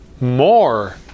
more